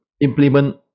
implement